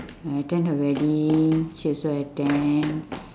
I attend her wedding she also attend